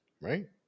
right